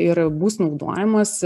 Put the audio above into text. ir bus naudojamas